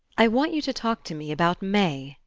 i want you to talk to me about may,